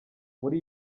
muri